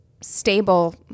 stable